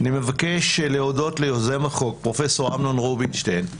אני מבקש להודות ליוזם החוק פרופ' אמנון רובינשטיין,